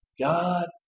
God